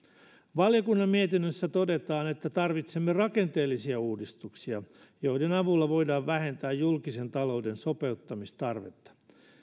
valiokunnan mietinnössä todetaan että tarvitsemme rakenteellisia uudistuksia joiden avulla voidaan vähentää julkisen talouden sopeuttamistarvetta